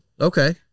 Okay